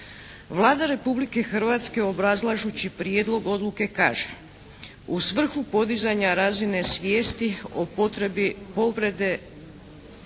Vlada Republike Hrvatske obrazlažući prijedlog odluke kaže: “U svrhu podizanja razine svijesti o potrebi povrede